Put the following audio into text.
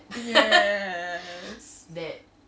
yes